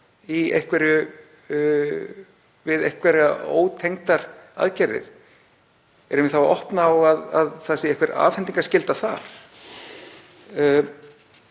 við einhverja ótengdar aðgerðir — erum við að opna á að það sé einhver afhendingarskylda þar?